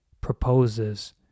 proposes